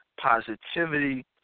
positivity